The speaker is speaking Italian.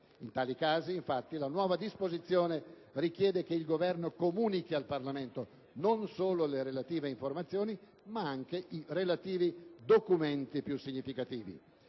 In tali casi, infatti, la nuova disposizione richiede che il Governo comunichi al Parlamento non solo le relative informazioni ma anche i relativi documenti più significativi.